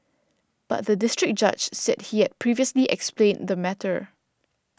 but the District Judge said he had previously explained the matter